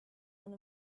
one